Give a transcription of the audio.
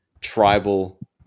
tribal